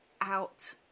out